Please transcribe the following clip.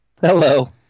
Hello